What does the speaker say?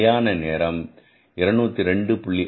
நிலையான நேரம் 202